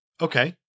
Okay